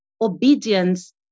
obedience